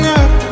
up